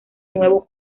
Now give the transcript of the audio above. nuevo